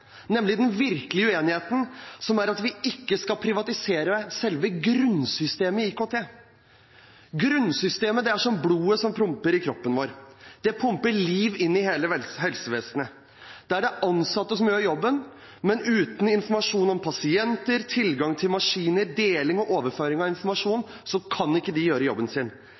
nemlig den virkelige uenigheten, som er at vi ikke skal privatisere selve grunnsystemet i IKT. Grunnsystemet er som blodet som pumper i kroppen vår. Det pumper liv inn i hele helsevesenet. Det er de ansatte som gjør jobben, men uten informasjon om pasienter, tilgang til maskiner, deling og overføring av informasjon kan de ikke gjøre jobben sin.